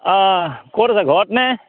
অঁ ক'ত আছে ঘৰতনে